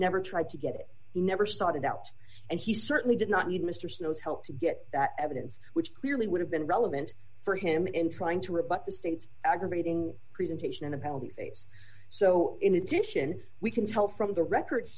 never tried to get it he never sought it out and he certainly did not need mr snow's help to get that evidence which clearly would have been relevant for him in trying to rebut the state's aggravating presentation in the penalty phase so in addition we can tell from the record